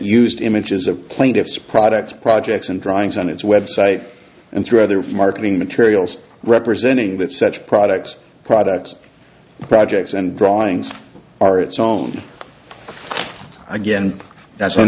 used images of plaintiff's products projects and drawings on its website and through other marketing materials representing that such products pride projects and drawings are it's own again that's